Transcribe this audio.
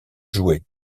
joué